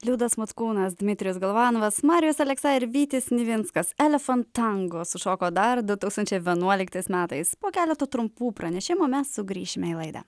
liudas mockūnas dmitrijus golovanova marijus aleksa ir vytis nivinskas elephant tango sušoko dar du tūkstančiai vienuoliktais metais po keleto trumpų pranešimų mes sugrįšime į laidą